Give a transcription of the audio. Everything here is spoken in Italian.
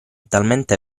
talmente